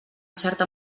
certa